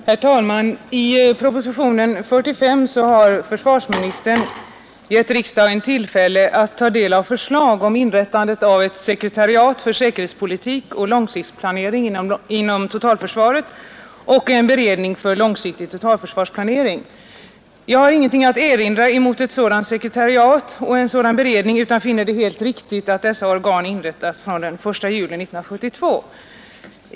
Herr talman! I propositionen 45 har försvarsministern gett riksdagen tillfälle att ta del av förslag om inrättande av ett sekretariat för säkerhetspolitik och långsiktsplanering inom totalförsvaret och en beredning för långsiktig totalförsvarsplanering. Jag har ingenting att erinra mot ett sådant sekretariat och beredning utan finner det helt riktigt att dessa organ inrättas den 1 juli 1972.